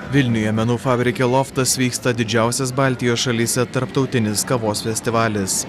vilniuje menų fabrike loftas vyksta didžiausias baltijos šalyse tarptautinis kavos festivalis